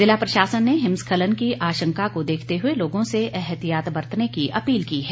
जिला प्रशासन ने हिमस्खलन की आशंका को देखते हुए लोगों से एहतियात बरतने की अपील की है